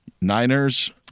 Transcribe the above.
Niners